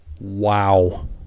wow